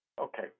okay